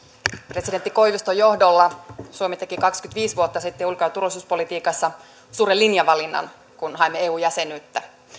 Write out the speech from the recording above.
presidentti koiviston johdolla suomi teki kaksikymmentäviisi vuotta sitten ulko ja turvallisuuspolitiikassa suuren linjavalinnan kun haimme eu jäsenyyttä